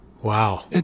Wow